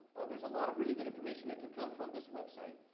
there's a lot of really good information that can come from this website,